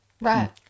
Right